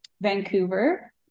Vancouver